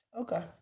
Okay